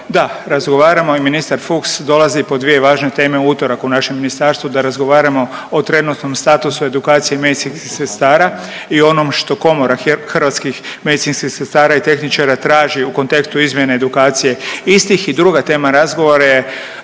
da, razgovaramo, i ministar Fuchs dolazi po dvije važne teme u utorak u naše ministarstvo da razgovaramo o trenutnom statusu medicinskih sestara i onom što komora, .../nerazumljivo/... hrvatskih medicinskih sestara i tehničara traži u kontekstu izmjene edukacije istih i druga tema razgovora je